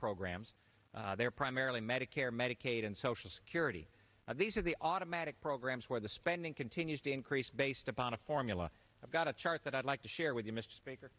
programs they're primarily medicare medicaid and social security these are the automatic programs where the spending continues to increase based upon a formula i've got a chart that i'd like to share with you mr speaker